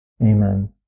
Amen